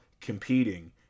competing